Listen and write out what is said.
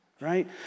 Right